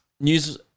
news